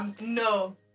no